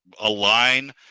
align